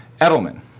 Edelman